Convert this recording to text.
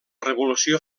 revolució